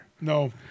No